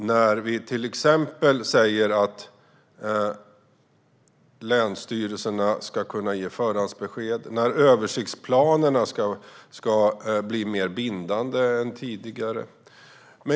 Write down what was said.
Vi säger till exempel att länsstyrelserna ska kunna ge förhandsbesked och att översiktsplaner ska bli mer bindande än tidigare.